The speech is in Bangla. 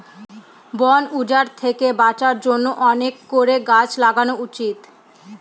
বন উজাড় থেকে বাঁচার জন্য অনেক করে গাছ লাগানো উচিত